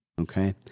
okay